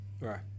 Right